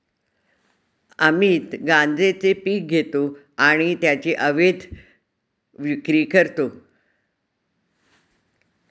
अमित गांजेचे पीक घेतो आणि त्याची अवैध विक्री करतो